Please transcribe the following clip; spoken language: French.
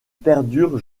perdure